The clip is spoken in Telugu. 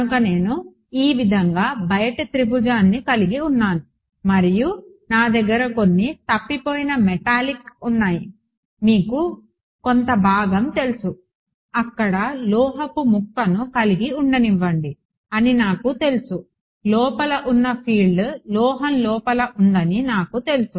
కనుక నేను ఈ విధంగా బయటి త్రిభుజాన్ని కలిగి ఉన్నాను మరియు నా దగ్గర కొన్ని తప్పిపోయిన మెటాలిక్ ఉన్నాయి మీకు కొంత భాగం తెలుసు అక్కడ లోహపు ముక్కను కలిగి ఉండనివ్వండి అని నాకు తెలుసు లోపల ఉన్న ఫీల్డ్ లోహం లోపల ఉందని నాకు తెలుసు